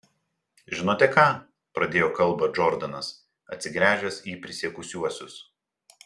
žinote ką pradėjo kalbą džordanas atsigręžęs į prisiekusiuosius